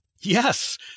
yes